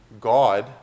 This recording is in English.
God